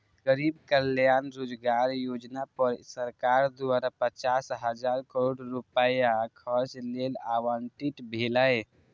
गरीब कल्याण रोजगार योजना पर सरकार द्वारा पचास हजार करोड़ रुपैया खर्च लेल आवंटित भेलै